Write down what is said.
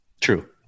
True